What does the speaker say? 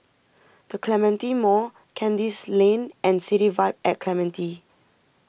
the Clementi Mall Kandis Lane and City Vibe at Clementi